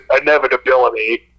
inevitability